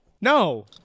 No